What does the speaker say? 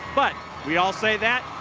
but we all say that.